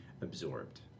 absorbed